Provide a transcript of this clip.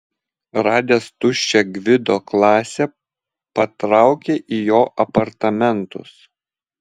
radęs tuščią gvido klasę patraukė į jo apartamentus